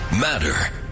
matter